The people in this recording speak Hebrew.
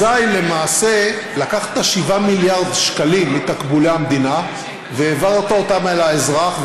אזי למעשה לקחת 7 מיליארד שקלים מתקבולי המדינה והעברת אותם אל האזרח,